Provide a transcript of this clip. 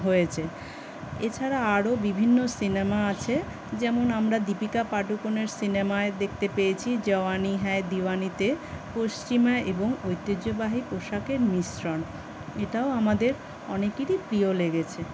হয়েছে এছাড়া আরও বিভিন্ন সিনেমা আছে যেমন আমরা দীপিকা পাডুকোনের সিনেমায় দেখতে পেয়েছি জওয়ানি হ্যায় দিওয়ানিতে পশ্চিমা এবং ঐতিহ্যবাহী পোশাকের মিশ্রণ এটাও আমাদের অনেকেরই প্রিয় লেগেছে